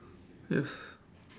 yes